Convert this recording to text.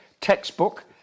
textbook